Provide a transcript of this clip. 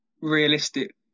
realistic